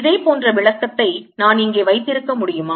இதே போன்ற விளக்கத்தை நான் இங்கே வைத்திருக்க முடியுமா